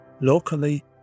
locally